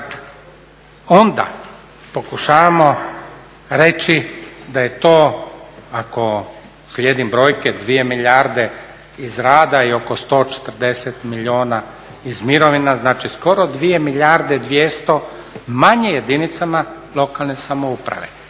onda pokušavamo reći da je to, ako slijedim brojke 2 milijarde iz rada i oko 140 milijuna iz mirovina, znači skoro 2 milijarde 200 manje jedinicama lokalne samouprave,